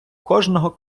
кожного